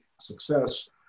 success